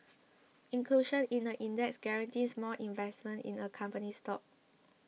inclusion in the index guarantees more investment in a company's stock